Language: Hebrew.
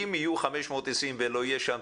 אם יהיו 520 ולא יהיה שם,